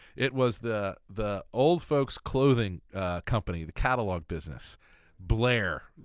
it was the the old folks clothing company, the catalogue business blaire.